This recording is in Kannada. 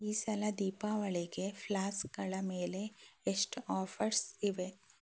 ಈ ಸಲ ದೀಪಾವಳಿಗೆ ಫ್ಲಾಸ್ಕ್ಗಳ ಮೇಲೆ ಎಷ್ಟು ಆಫರ್ಸ್ ಇವೆ